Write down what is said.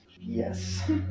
yes